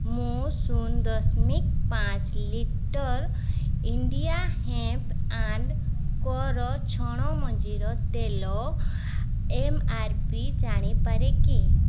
ମୁଁ ଶୂନ ଦଶମିକ ପାଞ୍ଚ litre India hemp and core ଛଣ ମଞ୍ଜିର ତେଲ ଏମ୍ ଆର ପି ଜାଣିପାରେ କି